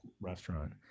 restaurant